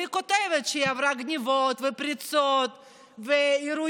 והיא כותבת שהיא עברה גנבות ופריצות ואירועים,